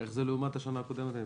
איך זה לעומת השנה הקודמת?